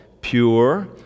pure